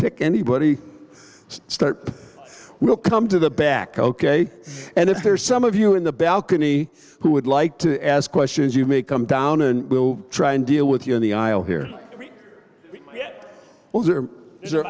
pick anybody start we'll come to the back ok and if there's some of you in the balcony who would like to ask questions you may come down and we'll try and deal with you in the aisle here yet those are there